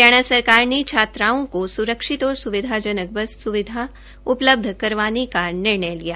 हरियाणा सरकार ने छात्राओं को सुरक्षित और सुविधाजनक बस सेवा उपलब्ध कराने का निर्णय लिया